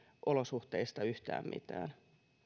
yhtään mitään